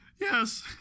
Yes